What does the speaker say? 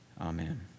Amen